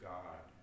God